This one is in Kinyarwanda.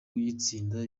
kuyitsinda